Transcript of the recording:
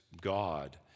God